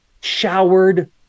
showered